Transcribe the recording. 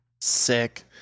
Sick